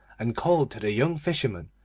and called to the young fisherman,